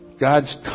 God's